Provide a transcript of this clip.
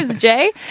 jay